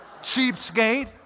Cheapskate